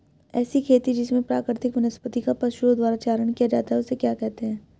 ऐसी खेती जिसमें प्राकृतिक वनस्पति का पशुओं द्वारा चारण किया जाता है उसे क्या कहते हैं?